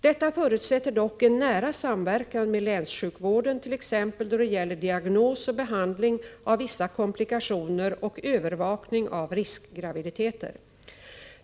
Detta förutsätter dock en nära samverkan med länssjukvården, t.ex. då det gäller diagnos och behandling av vissa komplikationer och övervakning av riskgraviditeter.